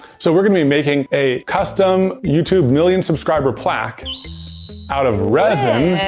so we're gonna be making a custom youtube million subscriber plaque out of resin.